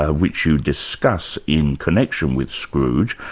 ah which you discuss in connection with scrooge,